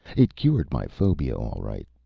it cured my phobia, all right.